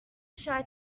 shy